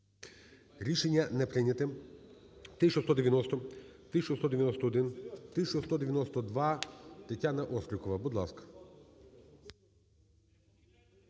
Рішення не прийнято. 1190. 1191. 1192. Тетяна Острікова, будь ласка.